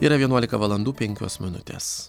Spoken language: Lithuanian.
yra vienuolika valandų penkios minutės